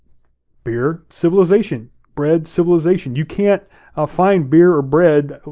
beer, civilization. bread, civilization. you can't find beer or bread